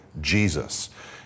Jesus